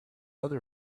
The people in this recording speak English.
other